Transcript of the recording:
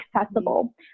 accessible